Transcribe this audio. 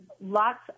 Lots